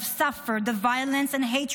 have suffered the violence and hatred